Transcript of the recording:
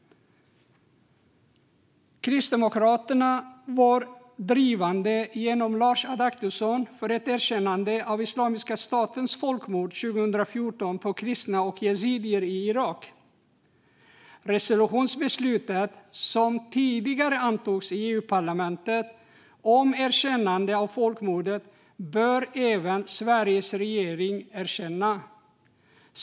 Kristdemokraterna genom Lars Adaktusson var pådrivande för ett erkännande av Islamiska statens folkmord 2014 på kristna och yazidier i Irak. Resolutionen om ett erkännande av detta folkmord som tidigare antogs i EU-parlamentet bör även Sveriges regering följa.